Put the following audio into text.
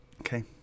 Okay